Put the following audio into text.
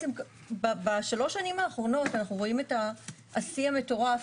בשלוש שנים האחרונות אנחנו רואים את השיא המטורף.